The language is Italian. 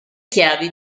chiavi